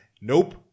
nope